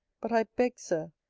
but i beg, sir,